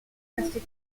domestic